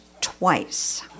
twice